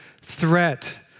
threat